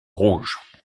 rouges